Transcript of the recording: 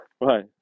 Right